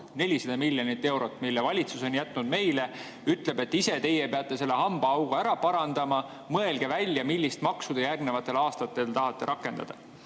400 miljonit eurot, mille valitsus on meile jätnud, ja ütleb, et teie peate selle hambaaugu ära parandama, mõelge välja, millist maksu te järgnevatel aastatel tahate rakendada.